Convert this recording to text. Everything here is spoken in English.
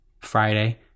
Friday